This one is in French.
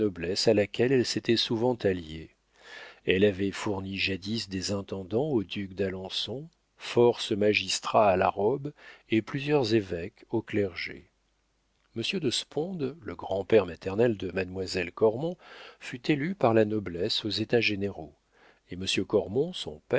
à laquelle elle s'était souvent alliée elle avait fourni jadis des intendants aux ducs d'alençon force magistrats à la robe et plusieurs évêques au clergé monsieur de sponde le grand-père maternel de mademoiselle cormon fut élu par la noblesse aux états généraux et monsieur